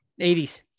80s